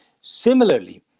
Similarly